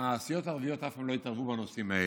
הסיעות הערביות אף פעם לא התערבו בנושאים האלה.